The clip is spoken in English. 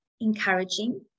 encouraging